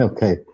Okay